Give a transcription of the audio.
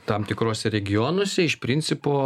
tam tikruose regionuose iš principo